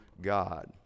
God